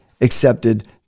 accepted